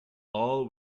all